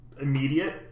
immediate